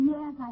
Yes